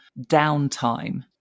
downtime